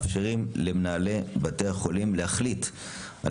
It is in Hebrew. מאפשרים למנהלי בתי החולים להחליט על